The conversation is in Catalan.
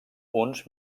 uns